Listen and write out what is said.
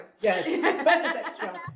Yes